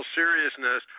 seriousness